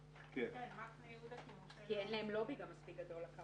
כרגע הדבר הזה מתנהל כמו שהממשלה מתנהלת כאוס גדול.